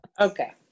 Okay